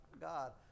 God